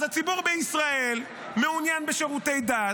אז הציבור בישראל מעוניין בשירותי דת,